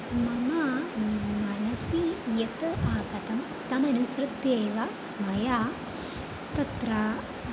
मम मनसि यत् आगतं तमनुसृत्य एव मया तत्र